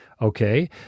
Okay